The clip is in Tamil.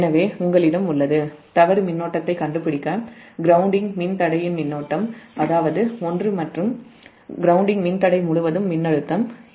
எனவே தவறு மின்னோட்டத்தைக் கண்டுபிடிக்க கிரவுண்டிங் மின்தடையின் மின்னோட்டம் அதாவது ஒன்று மற்றும் கிரவுண்டிங் மின்தடை முழுவதும் மின்னழுத்தம் உங்களிடம் உள்ளது